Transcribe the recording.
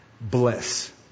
bliss